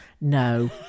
No